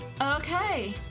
Okay